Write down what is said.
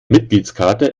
mitgliedskarte